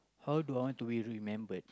how do I want to be remembered